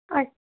اَ